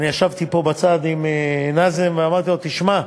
אני ישבתי פה בצד עם נאזם ואמרתי לו: תשמע,